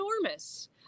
enormous